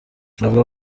avuga